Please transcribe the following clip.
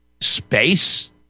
space